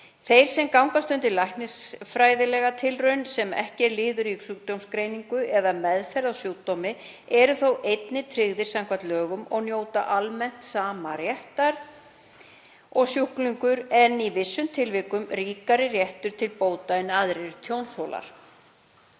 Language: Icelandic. Þeir sem gangast undir læknisfræðilega tilraun sem ekki er liður í sjúkdómsgreiningu eða meðferð á sjúkdómi eru þó einnig tryggðir samkvæmt lögunum og njóta almennt sama réttar og sjúklingar en í vissum tilvikum ríkari réttar til bóta en aðrir tjónþolar.